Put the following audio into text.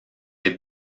est